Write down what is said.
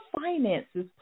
finances